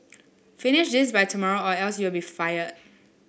finish this by tomorrow or else you'll be fired